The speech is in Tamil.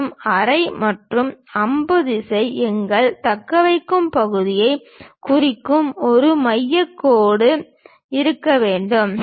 மேலும் அரை மற்றும் அம்பு திசை எங்கள் தக்கவைக்கும் பகுதியைக் குறிக்கும் ஒரு மையக் கோடு இருக்க வேண்டும்